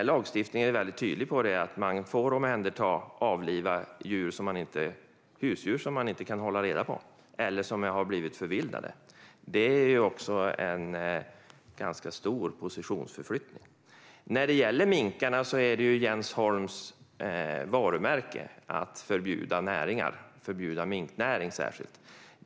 Lagstiftningen är tydlig med att man får omhänderta och avliva husdjur som ägaren inte kan hålla reda på eller som har blivit förvildade. Det är en ganska stor positionsförflyttning. Vad gäller minkarna är Jens Holms varumärke att förbjuda näringar, särskilt minknäring.